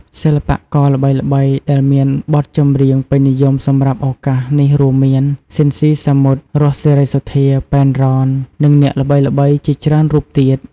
សិល្បករល្បីៗដែលមានបទចម្រៀងពេញនិយមសម្រាប់ឱកាសនេះរួមមាន ស៊ីន ស៊ីសាមុត រស់ សេរីសុទ្ធា ប៉ែន រ៉ន និងអ្នកល្បីៗជាច្រើនរូបទៀត។